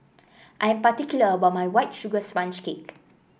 I am particular about my White Sugar Sponge Cake